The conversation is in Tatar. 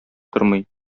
тормый